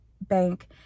bank